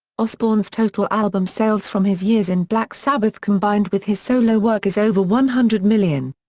osbourne's total album sales from his years in black sabbath combined with his solo work is over one hundred million.